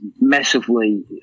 massively